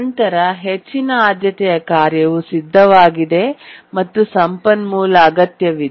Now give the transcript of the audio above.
ನಂತರ ಹೆಚ್ಚಿನ ಆದ್ಯತೆಯ ಕಾರ್ಯವು ಸಿದ್ಧವಾಗಿದೆ ಮತ್ತು ಸಂಪನ್ಮೂಲ ಅಗತ್ಯವಿದೆ